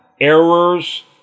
errors